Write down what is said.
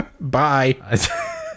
bye